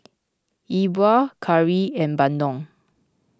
Yi Bua Curry and Bandung